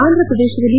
ಆಂಧ್ರಪ್ರದೇಶದಲ್ಲಿ